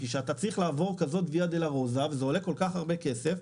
כשאתה צריך לעבור כזאת ויה דולורוזה וזה עולה כל כך הרבה כסף,